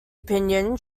opinion